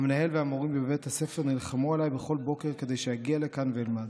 המנהל והמורים בבית הספר נלחמו עליי בכל בוקר כדי שאגיע לכאן ואלמד,